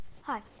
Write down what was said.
Hi